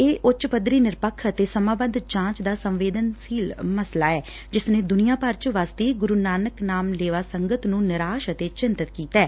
ਇਹ ਉੱਚ ਪੱਧਰੀ ਨਿਰਪੱਖ ਅਤੇ ਸਮਾਂਬੱਧ ਜਾਂਚ ਦਾ ਸੰਵੇਦਨਸ਼ੀਲ ਮਸਲਾ ਐ ਜਿਸ ਨੇ ਦੁਨੀਆ ਭਰ ਚ ਵੱਸਦੀ ਗੁਰੂ ਨਾਨਕ ਨਾਮ ਲੇਵਾ ਸੰਗਤ ਨੂੰ ਨਿਰਾਸ਼ ਅਤੇ ਚਿੰਤਤ ਕੀਤੈ